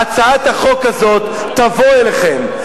הצעת החוק הזאת תבוא אליכם.